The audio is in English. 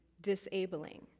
disabling